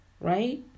Right